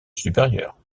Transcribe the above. supérieur